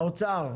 מהאוצר,